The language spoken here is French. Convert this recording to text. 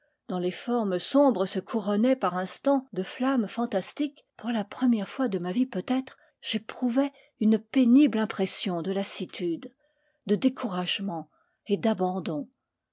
dont les formes sombres se couronnaient par instants de flammes fantastiques pour la première fois de ma vie peut-être j'éprouvai une pénible impression de lassi tude de découragement et